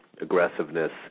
aggressiveness